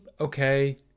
okay